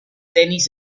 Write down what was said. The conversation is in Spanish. tenis